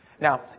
Now